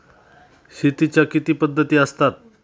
शेतीच्या किती पद्धती असतात?